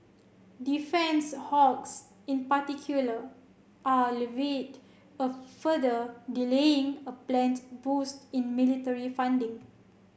defence hawks in particular are livid at further delaying a planned boost in military funding